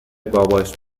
باباش